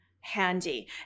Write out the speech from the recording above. handy